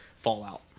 Fallout